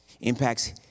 impacts